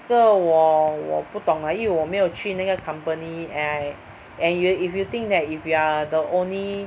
这个我我不懂 lah 因为我没有去那个 company and I and you if you think that if you are the only